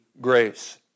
grace